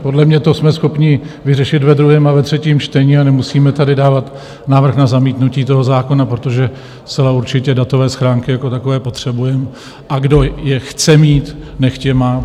Podle mě to jsme schopni vyřešit ve druhém a ve třetím čtení a nemusíme tady dávat návrh na zamítnutí toho zákona, protože zcela určitě datové schránky jako takové potřebujeme, a kdo je chce mít, nechť je má.